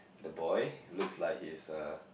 the boy looks like he is uh